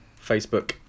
facebook